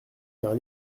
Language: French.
car